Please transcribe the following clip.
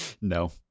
no